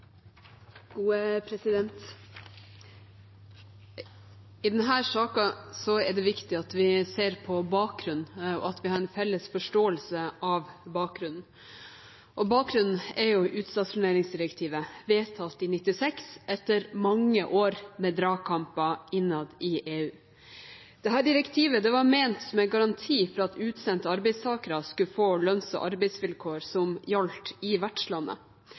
det viktig at vi ser på bakgrunnen, og at vi har en felles forståelse av bakgrunnen. Bakgrunnen er utstasjoneringsdirektivet, vedtatt i 1996 etter mange år med dragkamper innad i EU. Dette direktivet var ment som en garanti for at utsendte arbeidstakere skulle få lønns- og arbeidsvilkår som gjaldt i vertslandet.